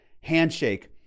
handshake